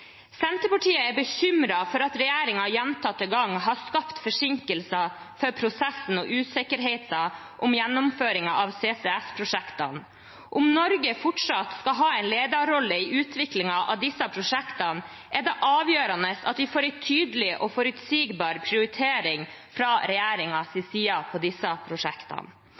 Senterpartiet er bekymret for at regjeringen gjentatte ganger har skapt forsinkelser for prosessen og usikkerhet om gjennomføringen av CCS-prosjektene. Om Norge fortsatt skal ha en lederrolle i utviklingen av disse prosjektene, er det avgjørende at vi får en tydelig og forutsigbar prioritering fra regjeringens side av disse prosjektene.